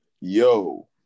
Yo